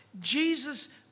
Jesus